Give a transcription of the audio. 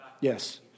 Yes